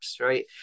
right